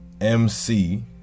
mc